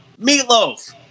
Meatloaf